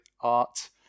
Art